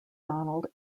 donald